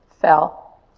fell